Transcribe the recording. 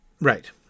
Right